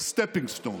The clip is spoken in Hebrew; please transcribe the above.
stepping stone,